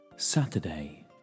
Saturday